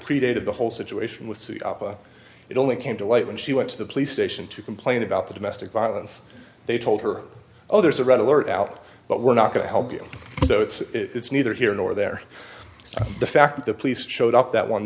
predated the whole situation with city opera it only came to light when she went to the police station to complain about the domestic violence they told her oh there's a red alert out but we're not going to help you so it's neither here nor there the fact that the police showed up that one